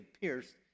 pierced